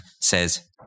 says